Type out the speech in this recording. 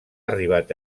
arribat